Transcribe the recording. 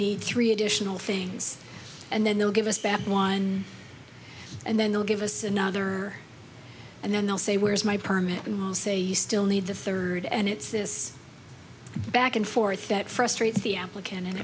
need three additional things and then they'll give us back one and then they'll give us another and then they'll say where's my permit and say you still need the third and it's this back and forth that frustrates the applicant